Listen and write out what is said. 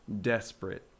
Desperate